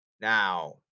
Now